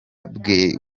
bwe